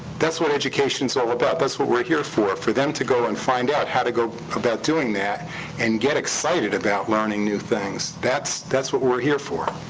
that's what education's all about. that's what we're here for. for them to go and find out how to go about doing that and get excited about learning new things. that's that's what we're here for.